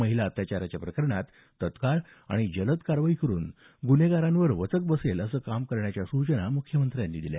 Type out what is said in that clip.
महिला अत्याचाराच्या प्रकरणात तत्काळ आणि जलद कारवाई करून ग्रन्हेगारांवर वचक बसेल अस काम करण्याच्या सूचना मुख्यमत्र्यानी दिल्या